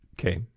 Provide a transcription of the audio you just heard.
Okay